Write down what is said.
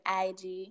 IG